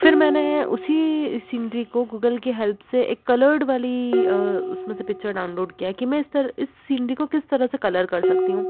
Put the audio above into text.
फिर मैंने उसी सीनरी को गूगल के हेल्प से एक कलर्ड वाली उसमें से पिक्चर डाउनलोड किया कि मैं इस तर इस सीनरी को किस तरह से कलर कर सकती हूँ